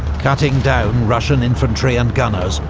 cutting down russian infantry and gunners,